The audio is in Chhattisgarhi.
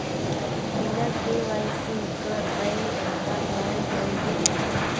बिना के.वाई.सी कर बैंक खाता कौन होएल?